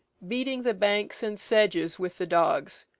beating the banks and sedges with the dogs.